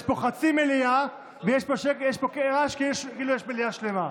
יש פה חצי מליאה, ויש פה רעש כאילו יש מליאה שלמה.